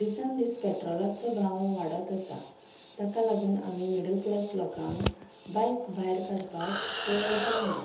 दिसान दीस पेट्रोलाचो भाव वाडत आसा ताका लागून आमी मिडल क्लास लोकांक बायक भायर काडपाक जायना